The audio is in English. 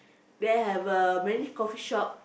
there have uh many coffeeshop